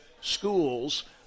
schools